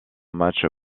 match